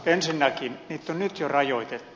ensinnäkin niitä on nyt jo rajoitettu